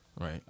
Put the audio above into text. right